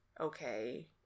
okay